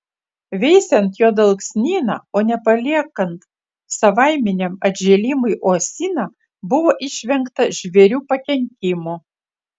veisiant juodalksnyną o ne paliekant savaiminiam atžėlimui uosyną buvo išvengta žvėrių pakenkimų